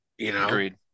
Agreed